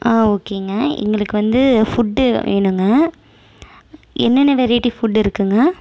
ஆ ஓக்கேங்க எங்களுக்கு வந்து ஃபுட்டு வேணுங்க என்னென்ன வெரைட்டி ஃபுட்டு இருக்குதுங்க